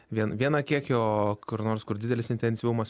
vien vieną kiekį o kur nors kur didelis intensyvumas